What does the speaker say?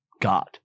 God